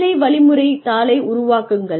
வேலை வழிமுறை தாளை உருவாக்குங்கள்